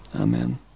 Amen